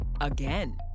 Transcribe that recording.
Again